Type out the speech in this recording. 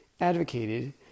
advocated